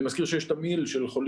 אני מסתכל על חברי הכנסת שלשמאלי,